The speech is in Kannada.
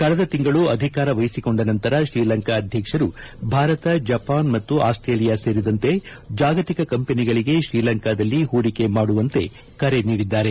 ಕಳೆದ ತಿಂಗಳು ಅಧಿಕಾರ ವಹಿಸಿಕೊಂಡ ನಂತರ ಶ್ರೀಲಂಕಾ ಅಧ್ಯಕ್ಷರು ಭಾರತ ಜಪಾನ್ ಮತ್ತು ಆಸ್ಲೇಲಿಯಾ ಸೇರಿದಂತೆ ಜಾಗತಿಕ ಕಂಪನಿಗಳಿಗೆ ಶ್ರೀಲಂಕಾದಲ್ಲಿ ಹೂಡಿಕೆ ಮಾಡುವಂತೆ ಕರೆ ನೀಡಿದ್ದಾರೆ